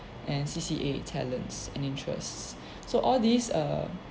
and C_C_A talents and interests so all these uh